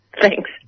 Thanks